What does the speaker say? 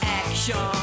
action